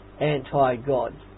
anti-God